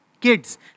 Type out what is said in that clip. Kids